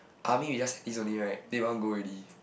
army is just enlist only right they want go already